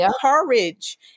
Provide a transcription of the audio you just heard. courage